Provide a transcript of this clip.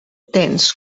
tens